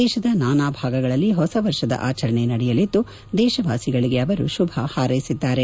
ದೇಶದ ನಾನಾ ಭಾಗಗಳಲ್ಲಿ ಹೊಸ ವರ್ಷದ ಆಚರಣೆ ನಡೆಯಲಿದ್ದು ದೇಶವಾಸಿಗಳಿಗೆ ುಭ ಹಾರೈಸಿದ್ದಾರೆ